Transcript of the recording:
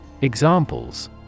Examples